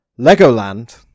Legoland